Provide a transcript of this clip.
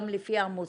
גם לפי המוסר